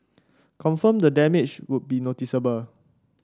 confirm the damage would be noticeable